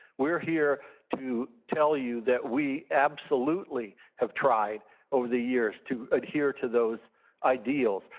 we are here to tell you that we absolutely have tried over the years to adhere to those ideals,